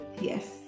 yes